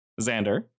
Xander